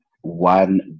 one